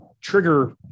trigger